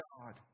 God